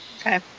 Okay